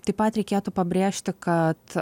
taip pat reikėtų pabrėžti kad